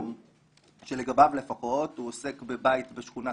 שלגביו לפחות הוא עוסק בבית בשכונת